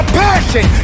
passion